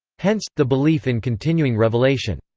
hence, the belief in continuing revelation.